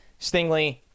stingley